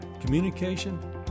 communication